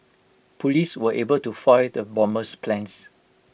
Police were able to foil the bomber's plans